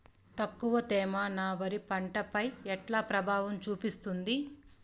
తక్కువ తేమ నా వరి పంట పై ఎట్లా ప్రభావం చూపిస్తుంది?